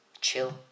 chill